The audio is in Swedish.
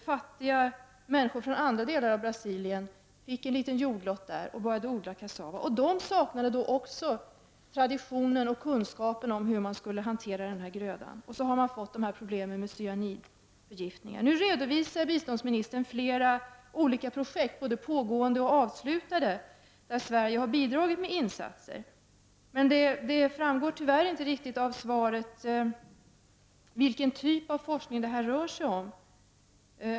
Fattiga människor från andra delar av Brasilien fick en liten jordlott där och började odlade kassava. Men de saknar traditionen och kunskapen om hur man skall hantera kassavan. Så har de fått problem med cyanidförgiftning. Nu redovisar biståndsministern flera olika projekt, både pågående och avslutade, där Sverige har bidragit med insatser. Det framgår tyvärr inte riktigt av svaret vilken typ av forskning det rör sig om.